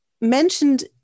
mentioned